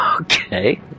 Okay